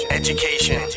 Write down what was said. education